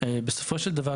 בסופו של דבר,